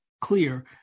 clear